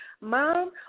Mom